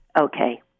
Okay